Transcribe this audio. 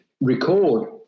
record